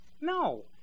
No